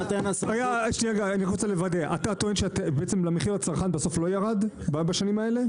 אתה טוען שהמחיר לצרכן בסוף לא ירד בשנים האלה?